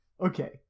okay